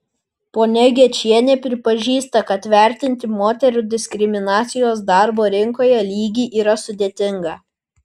ponia gečienė pripažįsta kad vertinti moterų diskriminacijos darbo rinkoje lygį yra sudėtinga